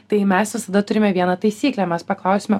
tai mes visada turime vieną taisyklę mes paklausiame